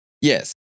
Yes